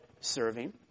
serving